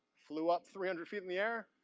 flew up three hundred feet in the air,